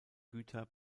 güter